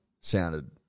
Sounded